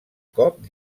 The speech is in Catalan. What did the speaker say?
cop